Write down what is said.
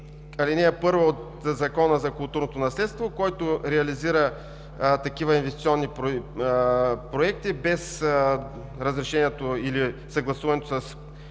ал. 1 от Закона за културното наследство, който реализира такива инвестиционни проекти без разрешението или съгласуването с